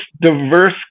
diverse